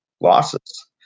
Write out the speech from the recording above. losses